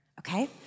Okay